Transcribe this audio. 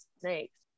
snakes